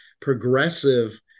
progressive